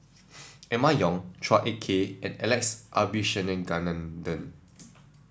Emma Yong Chua Ek Kay and Alex Abisheganaden